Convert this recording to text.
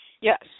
Yes